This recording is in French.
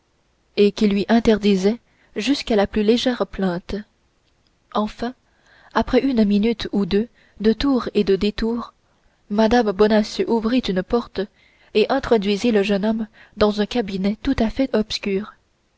et qui lui interdisait jusqu'à la plus légère plainte enfin après une minute ou deux de tours et de détours mme bonacieux ouvrit une porte et introduisit le jeune homme dans un cabinet tout à fait obscur